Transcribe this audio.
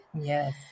yes